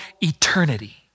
eternity